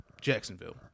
Jacksonville